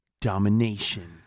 domination